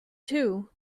too